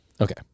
Okay